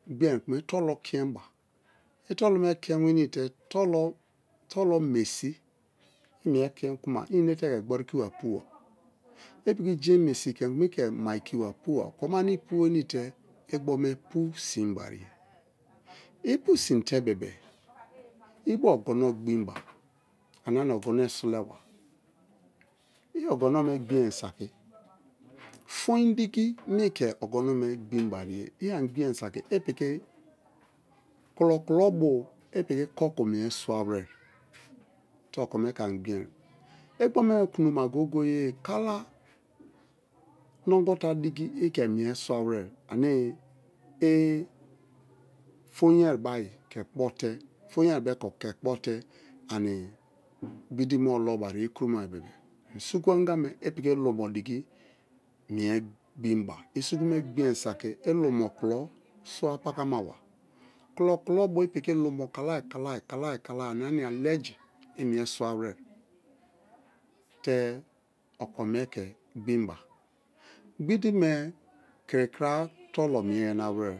i tolo kienba, i tolo me ki̱en weni̱i̱ te tolo me si̱ i̱ mie kien kuma i enete ke gbori ikiwa pu ba, i piki gien mesi kien i̱ ke̱ ma ikiwa pu ba okome ane i pu wenii te igbo pu sinbariye. Ipu sinte bebe-e i bio ogono gbiri ba ania-nia ogono sweba i ogome gbin-e saki foiri digi ane i ke ogonome gbin wariye i ani gbin saki i piki kulo-kulo bo i pi̱ki̱ koku me swawere te okome ke ani gai-e. Igbome kuno ma goye-goye-e kala nogwo te digi i ke mie swawere ane i foinye be̱ ayi foinyebe co̱ck ke̱ kpo̱ te ani gbidi me̱ oloba i̱ kromari bebe-e̱ suku anga me i piki lumo̱ diki mie gbin ba i suku me gbin saki i̱ lumo kulo kpo pakamaba kulo-kulo bo i̱ piki lumo kalai kalai ania-nia ledge imie swa were te okome ke gbin ba gbidi me krikra tolo mie yana were